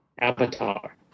avatar